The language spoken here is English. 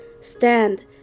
stand